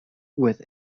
with